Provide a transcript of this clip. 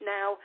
Now